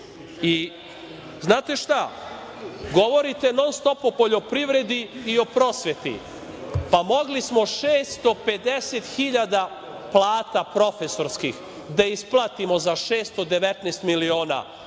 lažete. Znate šta, govorite non stop o poljoprivredi i o prosveti. Pa mogli smo 650 hiljada plata profesorskih da isplatimo za 619 miliona koliko je